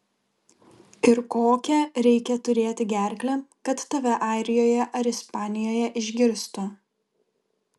ir kokią reikia turėti gerklę kad tave airijoje ar ispanijoje išgirstų